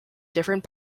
different